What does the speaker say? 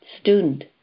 student